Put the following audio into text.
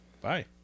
Bye